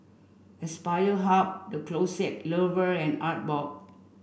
Aspire Hub The Closet Lover and Artbox